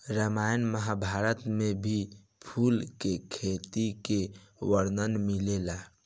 रामायण महाभारत में भी फूल के खेती के वर्णन मिलेला